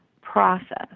process